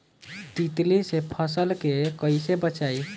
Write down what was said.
तितली से फसल के कइसे बचाई?